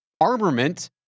armament